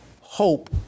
hope